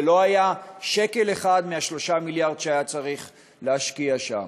ולא היה שקל אחד מ-3 המיליארד שהיה צריך להשקיע שם.